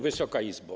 Wysoka Izbo!